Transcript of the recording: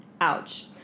Ouch